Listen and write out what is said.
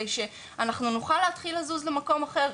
שאנחנו נוכל להתחיל לזוז למקום אחר.